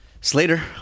Slater